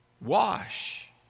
wash